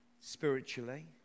spiritually